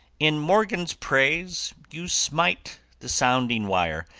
in morgan's praise you smite the sounding wire,